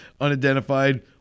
unidentified